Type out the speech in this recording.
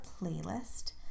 playlist